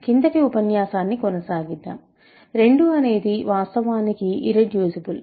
క్రిందటి ఉపన్యాసాన్ని కొనసాగిద్దాం 2 అనేది వాస్తవానికి ఇర్రెడ్యూసిబుల్